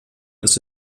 ist